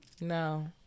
no